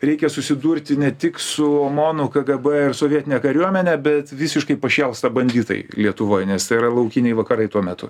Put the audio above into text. reikia susidurti ne tik su omonu kgb ir sovietine kariuomene bet visiškai pašėlsta banditai lietuvoj nes tai yra laukiniai vakarai tuo metu